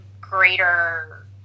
greater